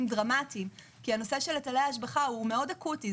דרמטיים כי הנושא של היטלי השבחה מאוד אקוטי,